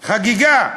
חגיגה.